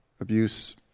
abuse